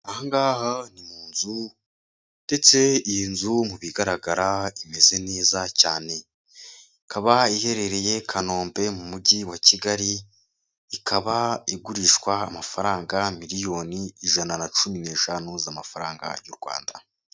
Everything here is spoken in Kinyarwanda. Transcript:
Aha ngaha ni mu nzu ndetse iyi nzu mu bigaragara imeze neza cyane, ikaba iherereye Kanombe mu mujyi wa Kigali, ikaba igurishwa amafaranga miliyoni ijana na cumi n'eshanu z'amafaranga y'u Rwanda.